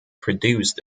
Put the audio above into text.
produced